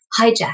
hijack